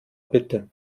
bitte